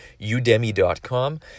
udemy.com